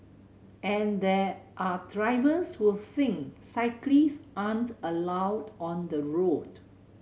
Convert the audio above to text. and there are drivers who think cyclists aren't allowed on the road